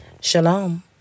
Shalom